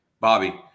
Bobby